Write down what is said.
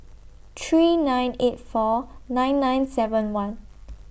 three nine eight four nine nine seven one